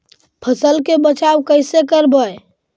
फसल के बचाब कैसे करबय?